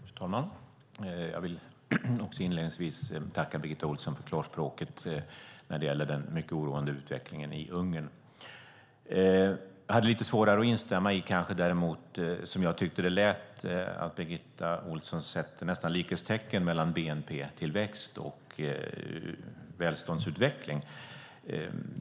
Fru talman! Jag vill inledningsvis tacka Birgitta Ohlsson för klarspråket när det gäller den mycket oroande utvecklingen i Ungern. Jag har lite svårare att instämma när Birgitta Ohlsson nästan sätter likhetstecken mellan bnp-tillväxt och välståndsutveckling.